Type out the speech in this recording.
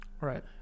Right